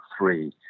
three